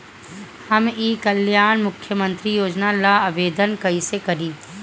हम ई कल्याण मुख्य्मंत्री योजना ला आवेदन कईसे करी?